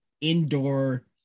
indoor